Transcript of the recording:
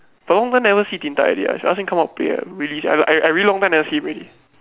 got long time never see Din-Tat already lah should ask him come out play ah really sia I I really long time never see him already